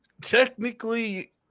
Technically